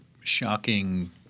shocking